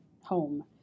home